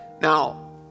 Now